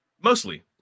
Mostly